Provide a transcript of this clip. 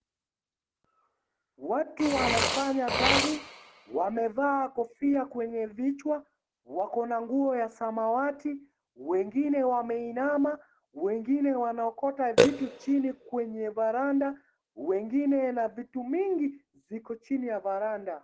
Watu wanafanya kazi. Wamevaa kofia kwenye vichwa. Wako na nguo ya samawati, wengine wameinama, wengine wanaokota vitu chini kwenye varanda. Wengine na vitu mingi ziko chini ya varanda.